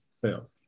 fail